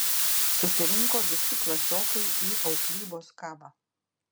susirinko visi klasiokai į auklybos kabą